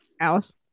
Alice